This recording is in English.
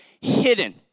hidden